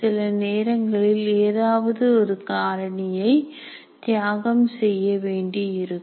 சில நேரங்களில் ஏதாவது ஒரு காரணியை தியாகம் செய்ய வேண்டியிருக்கும்